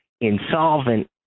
insolvent